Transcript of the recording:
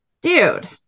dude